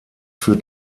für